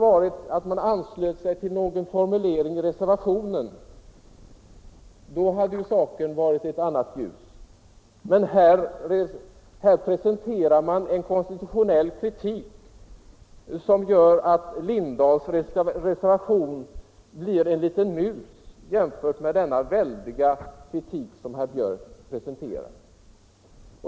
Om man anslutit sig till någon formulering i reservationen, så hade saken varit i ett annat läge, men här presenterar man en konstitutionell kritik som gör att herr Lindahls reservation bara blir en liten mus jämfört med herr Björcks väldiga kritik.